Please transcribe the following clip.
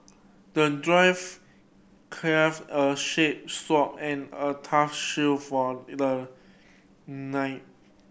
the dwarf crafted a shape sword and a tough shield for the knight